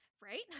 Right